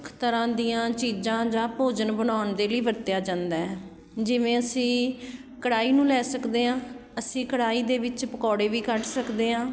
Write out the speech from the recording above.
ਖ ਤਰ੍ਹਾਂ ਦੀਆਂ ਚੀਜ਼ਾਂ ਜਾਂ ਭੋਜਨ ਬਣਾਉਣ ਦੇ ਲਈ ਵਰਤਿਆ ਜਾਂਦਾ ਜਿਵੇਂ ਅਸੀਂ ਕੜਾਹੀ ਨੂੰ ਲੈ ਸਕਦੇ ਹਾਂ ਅਸੀਂ ਕੜਾਹੀ ਦੇ ਵਿੱਚ ਪਕੌੜੇ ਵੀ ਕੱਢ ਸਕਦੇ ਹਾਂ